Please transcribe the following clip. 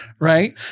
Right